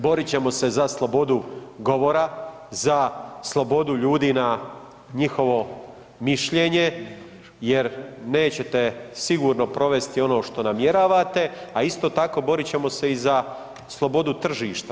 Borit ćemo se za slobodu govora, za slobodu ljudi na njihovo mišljenje jer nećete sigurno provesti ono što namjeravate, a isto tako borit ćemo se i za slobodu tržišta.